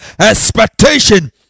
expectation